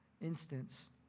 instance